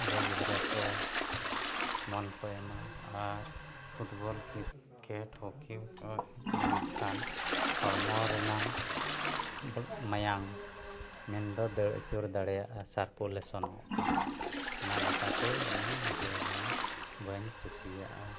ᱨᱮ ᱜᱤᱫᱽᱨᱟᱹ ᱠᱚ ᱢᱚᱱ ᱠᱚ ᱮᱢᱟ ᱟᱨ ᱯᱷᱩᱴᱵᱚᱞ ᱠᱨᱤᱠᱮᱹᱴ ᱦᱚᱠᱤ ᱠᱚ ᱞᱮᱢ ᱠᱷᱟᱱ ᱦᱚᱲᱢᱚ ᱨᱮᱱᱟᱜ ᱢᱟᱭᱟᱢ ᱢᱮᱱᱫᱚ ᱫᱟᱹᱲ ᱟᱹᱪᱩᱨ ᱫᱟᱲᱮᱭᱟᱜᱼᱟ ᱥᱟᱨᱠᱩᱞᱮᱥᱚᱱᱚᱜᱼᱟ ᱚᱱᱟ ᱞᱮᱠᱟᱛᱮ ᱤᱧ ᱵᱷᱤᱰᱭᱳ ᱦᱚᱸ ᱵᱟᱹᱧ ᱠᱩᱥᱤᱭᱟᱜᱼᱟ